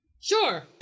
Sure